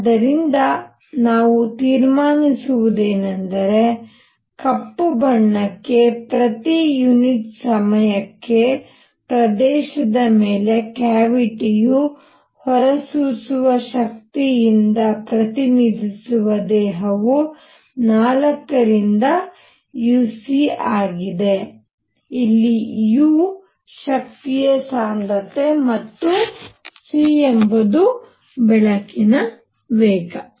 ಆದ್ದರಿಂದ ನಾವು ತೀರ್ಮಾನಿಸುವುದು ಏನೆಂದರೆ ಕಪ್ಪು ಬಣ್ಣಕ್ಕೆ ಪ್ರತಿ ಯುನಿಟ್ ಸಮಯಕ್ಕೆ ಪ್ರದೇಶದ ಮೇಲೆ ಕ್ಯಾವಿಟಿಯೂ ಹೊರಸೂಸುವ ಶಕ್ತಿಯಿಂದ ಪ್ರತಿನಿಧಿಸುವ ದೇಹವು 4 ರಿಂದ uc ಆಗಿದೆ ಇಲ್ಲಿ u ಶಕ್ತಿಯ ಸಾಂದ್ರತೆ ಮತ್ತು c ಎಂಬುದು ಬೆಳಕಿನ ವೇಗ